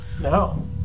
No